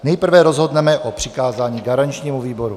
Nejprve rozhodneme o přikázání garančnímu výboru.